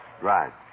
Right